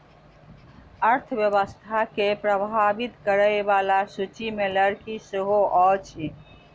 अर्थव्यवस्था के प्रभावित करय बला सूचि मे लकड़ी सेहो अछि